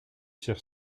sur